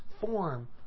form